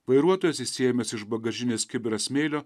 vairuotojas išsiėmęs iš bagažinės kibirą smėlio